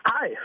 Hi